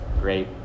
great